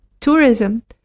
tourism